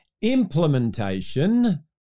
implementation